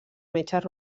metges